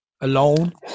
alone